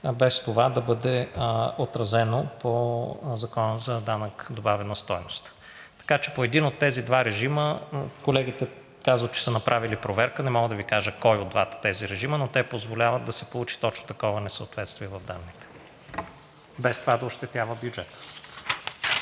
без това да бъде отразено по Закона за данък добавена стойност. Така че по един от тези два режима – колегите казват, че са направили проверка, не мога да Ви кажа кой от тези два режима, но те позволяват да се получи точно такова несъответствие в данните, без това да ощетява бюджета.